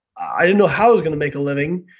i didn't know how i was going to make a living,